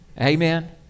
amen